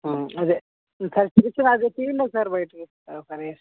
అదే ఇంకా అది చూపించ్చండి అది తియ్యండి ఒకసారి బయటకి ఒకసారి